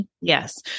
Yes